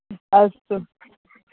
अस्तु